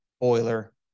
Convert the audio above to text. boiler